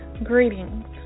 Greetings